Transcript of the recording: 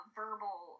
verbal